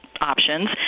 options